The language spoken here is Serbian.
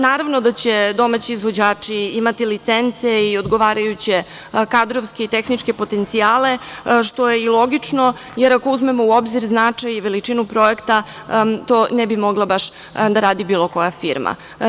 Naravno da će domaći izvođači imati licence i odgovarajuće kadrovske i tehničke potencijale, što je i logično, jer ako uzmemo u obzir značaj i veličinu projekta, to ne bi mogla baš da radi bilo koja firma.